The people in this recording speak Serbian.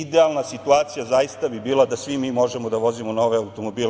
I idealna situacija zaista bi bila da svi mi možemo da vozimo nove automobile.